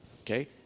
Okay